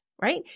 Right